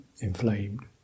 inflamed